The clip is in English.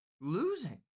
losing